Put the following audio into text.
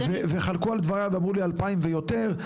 וחלקו על דבריי ואמרו לי 2,000 ויותר,